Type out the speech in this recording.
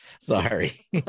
Sorry